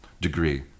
degree